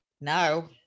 no